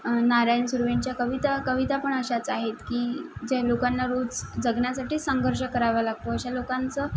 नारायण सुर्वेंच्या कविता कविता पण अशाच आहेत की जे लोकांना रोज जगण्यासाठी संघर्ष करावा लागतो अशा लोकांचं